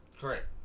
Correct